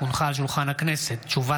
מאת חברי הכנסת יבגני